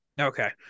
Okay